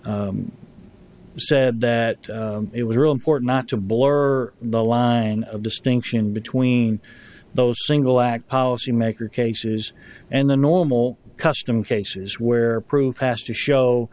said that it was really important not to blur the line of distinction between those single act policy maker cases and the normal custom cases where proof asked to show